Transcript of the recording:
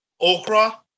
okra